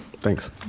Thanks